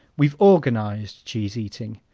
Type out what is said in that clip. we've organized cheese-eating.